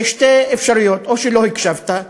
יש שתי אפשרויות, או שלא הקשבת,